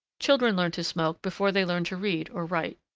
children learned to smoke before they learned to read or write.